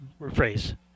rephrase